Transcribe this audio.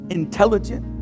intelligent